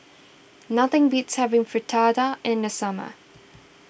nothing beats having Fritada in the summer